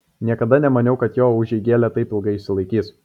niekada nemaniau kad jo užeigėlė taip ilgai išsilaikys